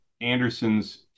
Anderson's